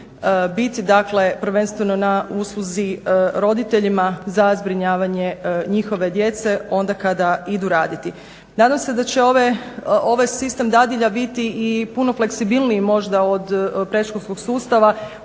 dakle prvenstveno na usluzi roditeljima za zbrinjavanje njihove djece onda kada idu raditi. Nadam se da će ovaj sistem dadilja biti i puno fleksibilniji možda od predškolskog sustava